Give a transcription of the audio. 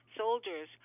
soldiers